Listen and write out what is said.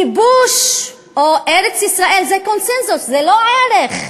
כיבוש או ארץ-ישראל זה קונסנזוס, זה לא ערך.